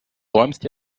räumst